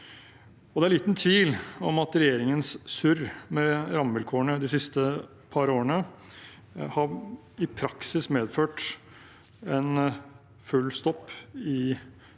Det er liten tvil om at regjeringens surr med rammevilkårene de siste par årene i praksis har medført full stopp i både